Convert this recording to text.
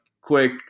quick